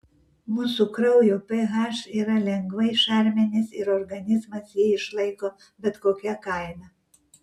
mūsų kraujo ph yra lengvai šarminis ir organizmas jį išlaiko bet kokia kaina